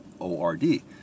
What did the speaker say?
O-R-D